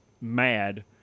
mad